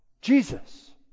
Jesus